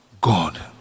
God